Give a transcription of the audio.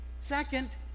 Second